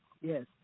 Yes